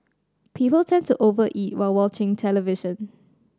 people tend to over eat while watching television